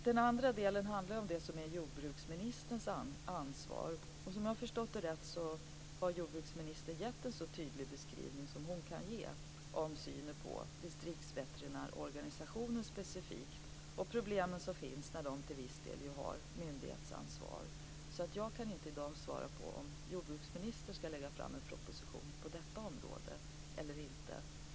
Den andra delen handlar om det som är jordbruksministerns ansvar. Om jag har förstått det rätt, har jordbruksministern gett en så tydlig beskrivning som hon kan ge av synen på distriktsveterinärorganisationen specifikt och de problem som finns när de till viss del har myndighetsansvar. Jag kan inte i dag svara på om jordbruksministern skall lägga fram en proposition på detta område eller inte.